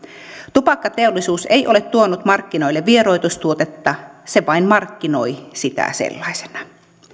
tupakkateollisuus ei ole tuonut markkinoille vieroitustuotetta se vain markkinoi sitä sellaisena